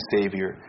Savior